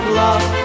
love